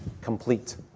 complete